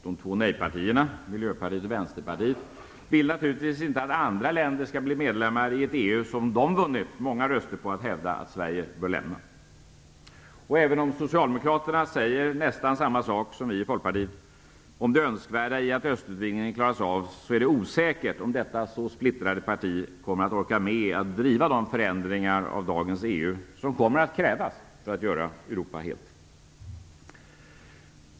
De två nejpartierna, Miljöpartiet och Vänsterpartiet, vill naturligtvis inte att andra länder skall bli medlemmar i ett EU som de hävdar att Sverige bör lämna, vilket de vunnit många röster på. Och även om Socialdemokraterna säger nästan samma sak som vi i Folkpartiet om det önskvärda i att östutvidgningen klaras av, är det osäkert om detta så splittrade parti kommer att orka med att driva de förändringar av dagens EU som kommer att krävas för att göra Europa helt.